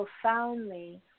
profoundly